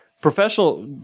Professional